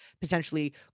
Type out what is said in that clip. potentially